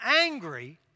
angry